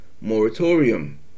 moratorium